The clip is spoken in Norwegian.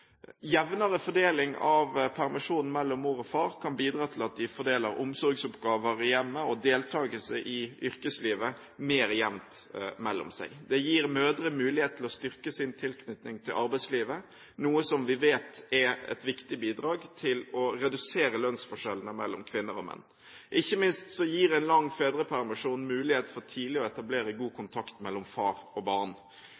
Jevnere fordeling av permisjonen mellom mor og far kan bidra til at de fordeler omsorgsoppgaver i hjemmet og deltakelse i yrkeslivet mer jevnt mellom seg. Det gir mødre mulighet til å styrke sin tilknytning til arbeidslivet, noe som vi vet er et viktig bidrag til å redusere lønnsforskjellene mellom kvinner og menn. Ikke minst gir en lang fedrepermisjon mulighet for tidlig å etablere god